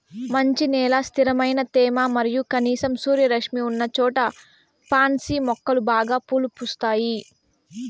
మంచి నేల, స్థిరమైన తేమ మరియు కనీసం సూర్యరశ్మి ఉన్నచోట పాన్సి మొక్కలు బాగా పూలు పూస్తాయి